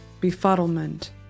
befuddlement